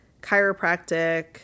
chiropractic